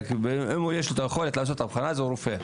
אם יש לו יכולת לעשות אבחון אז הוא רופא.